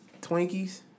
Twinkies